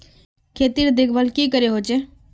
खेतीर देखभल की करे होचे?